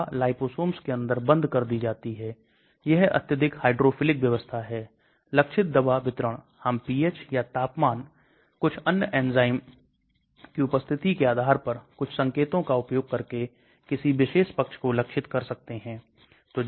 मैं आणविक भार को बदल सकता हूं मैं हाइड्रोजन बॉन्ड डोनर और एक्सेप्टर को बदल सकता हूं मैं lipophilicity को बदल सकता हूं मैं ध्रुवीय सतह क्षेत्र को बदल सकता हूं PSA का अर्थ है ध्रुवीय सतह क्षेत्र pKa जो कि विघटन है मैं आकार आकृति प्रतिक्रियाशीलता को बदल सकता हूं